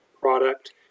product